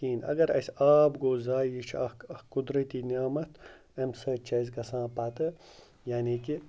کِہیٖنۍ اَگر اَسہِ آب گوٚو ضایع یہِ چھِ اَکھ اَکھ قُدرٔتی نعمَت اَمہِ سۭتۍ چھِ اَسہِ گَژھان پَتہٕ یعنی کہِ